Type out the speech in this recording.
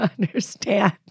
understand